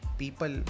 people